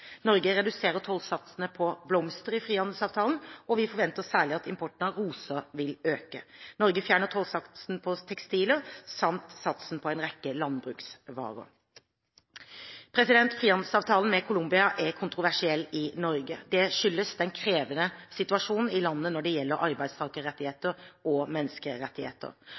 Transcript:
Norge reduserer tollsatsene på blomster i frihandelsavtalen, og vi forventer særlig at importen av roser vil øke. Norge fjerner tollsatsen på tekstiler samt satsen på en rekke landbruksvarer. Frihandelsavtalen med Colombia er kontroversiell i Norge. Det skyldes den krevende situasjonen i landet når det gjelder arbeidstakerrettigheter og menneskerettigheter.